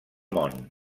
món